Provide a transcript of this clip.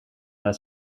that